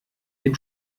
dem